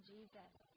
Jesus